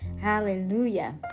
hallelujah